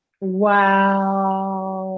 wow